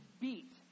beat